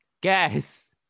Guess